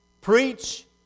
Preach